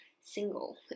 single